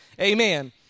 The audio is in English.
Amen